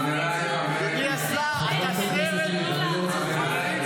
אפשר לעבוד וללדת ילדים.